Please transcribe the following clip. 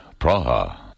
Praha